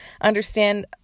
understand